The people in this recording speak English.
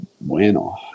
bueno